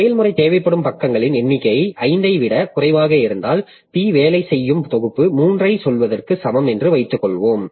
செயல்முறை தேவைப்படும் பக்கங்களின் எண்ணிக்கை 5 ஐ விடக் குறைவாக இருந்தால் P வேலை செய்யும் தொகுப்பு 3 ஐச் சொல்வதற்கு சமம் என்று வைத்துக்கொள்வோம்